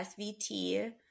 SVT